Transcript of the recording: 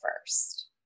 first